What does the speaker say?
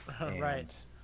Right